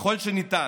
ככל האפשר